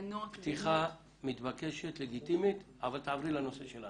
פתיחה מתבקשת ולגיטימית, אבל תעברי לנושא שלנו.